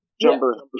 jumper